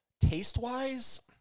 Taste-wise